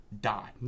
die